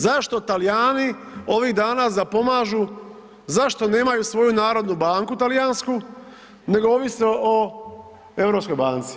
Zašto Talijani ovih dana zapomažu zašto nemaju svoju narodnu banku talijansku, nego ovise o Europskoj banci?